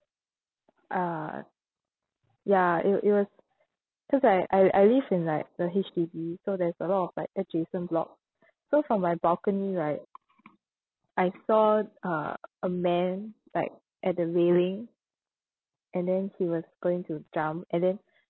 uh ya it wa~ it was cause I I I live in like a H_D_B so there's a lot of like adjacent block so from my balcony right I saw uh a man like at the railing and then he was going to jump and then